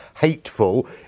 hateful